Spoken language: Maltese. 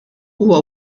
huwa